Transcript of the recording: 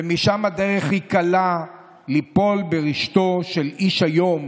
ומשם הדרך קלה ליפול ברשתו של איש איום